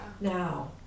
now